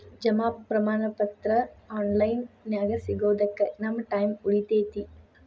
ಜಮಾ ಪ್ರಮಾಣ ಪತ್ರ ಆನ್ ಲೈನ್ ನ್ಯಾಗ ಸಿಗೊದಕ್ಕ ನಮ್ಮ ಟೈಮ್ ಉಳಿತೆತಿ